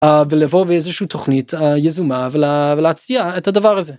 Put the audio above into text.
ולבוא באיזשהו תוכנית יזומה ולהציע את הדבר הזה.